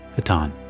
Hatan